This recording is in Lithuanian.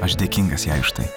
aš dėkingas jai štai